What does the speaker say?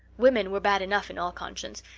women were bad enough in all conscience,